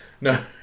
No